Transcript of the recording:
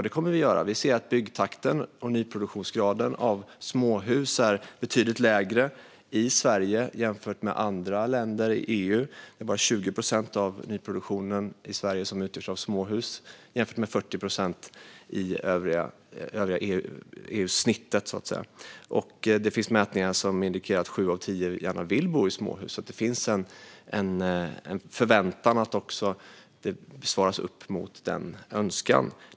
Det kommer vi att göra därför att vi ser att byggtakten och nyproduktionsgraden när det gäller småhus är betydligt lägre i Sverige jämfört med i andra länder i EU. Det är bara 20 procent av nyproduktionen i Sverige som utgörs av småhus, att jämföra med snittet i EU, som är 40 procent. Det finns också mätningar som indikerar att sju av tio gärna vill bo i småhus, så det finns en förväntan att vi ska svara upp mot den önskan.